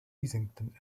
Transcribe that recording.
easington